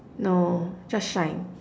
no just shine